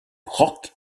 rock